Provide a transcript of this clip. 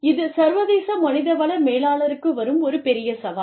இது சர்வதேச மனித வள மேலாளருக்கு வரும் ஒரு பெரிய சவால்